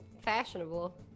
fashionable